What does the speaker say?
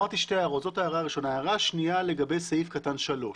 15:27) ההערה השנייה, לגבי סעיף קטן (3).